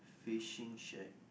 fishing shed